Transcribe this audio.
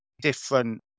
different